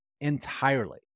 Entirely